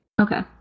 Okay